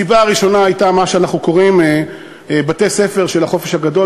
הסיבה הראשונה הייתה מה שאנחנו קוראים "בתי-הספר של החופש הגדול",